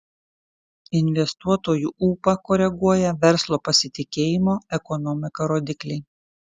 investuotojų ūpą koreguoja verslo pasitikėjimo ekonomika rodikliai